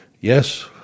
yes